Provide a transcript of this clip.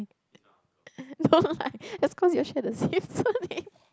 don't lie that's because you all share the same surname